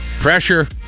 Pressure